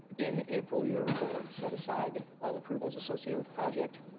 in april your board set aside all approvals associated with the project.